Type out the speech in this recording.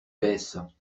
baisse